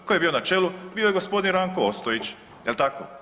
Tko je bio na čelu, bio je gospodin Ranko Ostojić, jel tako?